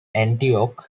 antioch